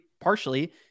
partially